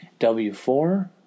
W4